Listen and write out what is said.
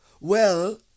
Well